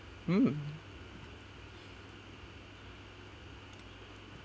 mm